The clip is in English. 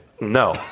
No